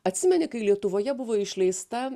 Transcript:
atsimeni kai lietuvoje buvo išleista